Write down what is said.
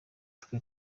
twe